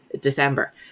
December